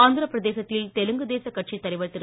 ஆந்திர பிரதேசத்தில் தெலுங்கு தேச கட்சித் தலைவர் திரு